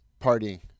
partying